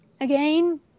Again